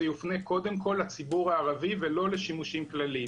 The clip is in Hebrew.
יופנה קודם כל לציבור הערבי ולא לשימושים כלליים.